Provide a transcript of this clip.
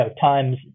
times